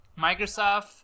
Microsoft